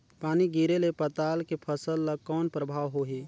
पानी गिरे ले पताल के फसल ल कौन प्रभाव होही?